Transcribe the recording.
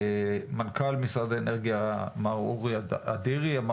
מנכ"ל משרד האנרגיה מר אורי אדירי אמר